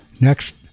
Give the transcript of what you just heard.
Next